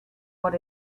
what